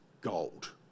gold